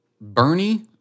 Bernie